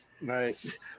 Nice